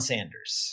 Sanders